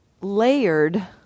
layered